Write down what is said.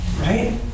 Right